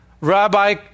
Rabbi